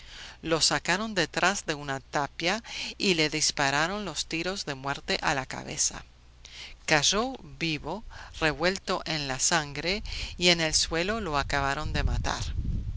lo sacaron detrás de una tapia y le dispararon los tiros de muerte a la cabeza cayó vivo revuelto en la sangre y en el suelo lo acabaron de matar